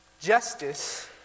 Justice